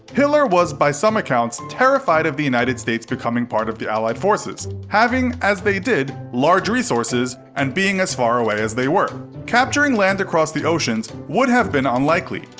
hitler was by some accounts terrified of the united states becoming part of the allied forces, having as they did large resources, and being as far away as they were. capturing land across the oceans would have been unlikely.